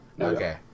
Okay